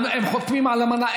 הם חותמים על אמנה.